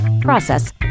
process